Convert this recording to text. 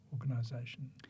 organisation